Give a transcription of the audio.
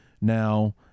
now